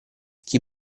chi